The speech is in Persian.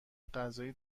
غذایی